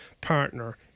partner